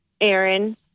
Aaron